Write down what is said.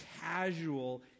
casual